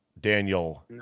Daniel